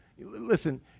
Listen